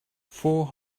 four